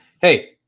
Hey